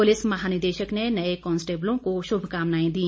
police महानिदेशक ने नए कॉन्स्टेबलों को शुभकामनाएं दी